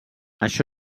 això